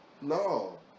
No